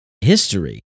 history